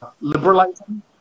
liberalizing